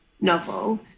novel